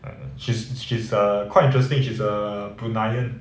err she's she's err quite interesting she's a bruneian